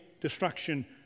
destruction